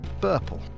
purple